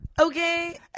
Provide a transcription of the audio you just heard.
Okay